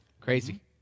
Crazy